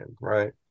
right